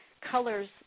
colors